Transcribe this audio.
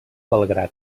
belgrad